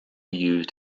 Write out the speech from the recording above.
used